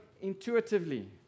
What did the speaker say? intuitively